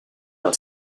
del